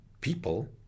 people